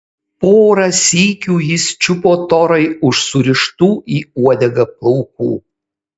porą sykių jis čiupo torai už surištų į uodegą plaukų